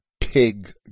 pig